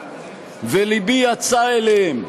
ולבי יצא אליהם.